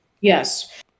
Yes